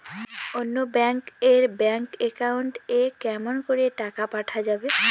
অন্য ব্যাংক এর bank account এ কেমন করে টাকা পাঠা যাবে?